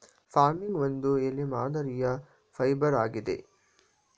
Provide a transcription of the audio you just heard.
ಫರ್ಮಿಯಂ ಒಂದು ಎಲೆ ಮಾದರಿಯ ಫೈಬರ್ ಆಗಿದೆ